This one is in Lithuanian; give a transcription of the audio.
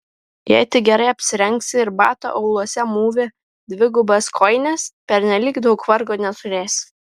jei tik gerai apsirengi ir batų auluose mūvi dvigubas kojines pernelyg daug vargo neturėsi